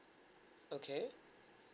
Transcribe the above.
okay